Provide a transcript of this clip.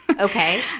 Okay